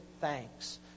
thanks